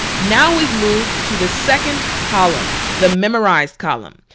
now we've moved to the second column, the memorize column.